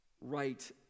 right